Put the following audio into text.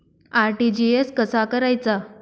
RTGS कसा करायचा?